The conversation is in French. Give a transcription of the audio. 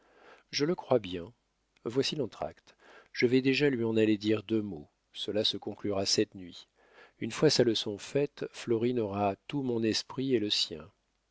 je le crois bien voici l'entr'acte je vais déjà lui en aller dire deux mots cela se conclura cette nuit une fois sa leçon faite florine aura tout mon esprit et le sien